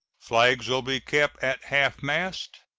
flags will be kept at half-mast,